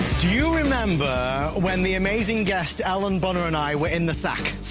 do you remember when the amazing guest alan but her and i were in the sack?